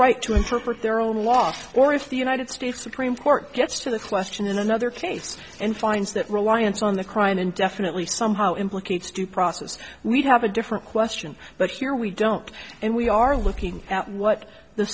right to interpret their own law or if the united states supreme court gets to the question in another case and finds that reliance on the crime indefinitely somehow implicates due process we'd have a different question but here we don't and we are looking at what the